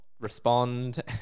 respond